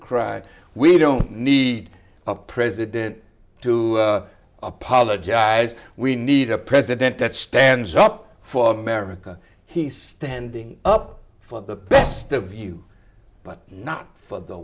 cry we don't need a president to apologize we need a president that stands up for america he's standing up for the best of you but not for the